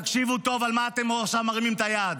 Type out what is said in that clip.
תקשיבו טוב על מה אתם עכשיו מרימים את היד,